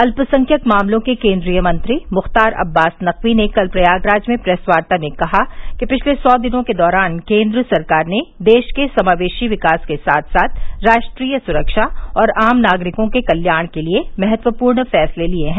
अल्पसंख्यक मामलों के केन्द्रीय मंत्री मुख्तार अबास नक़वी ने कल प्रयागराज में प्रेस वार्ता में कहा कि पिछले सौ दिनों के दौरान केन्द्र सरकार ने देश के समावेशी विकास के साथ साथ राष्ट्रीय सुरक्षा और आम नागरिकों के कल्याण के लिए महत्वपूर्ण फ़्सले लिये हैं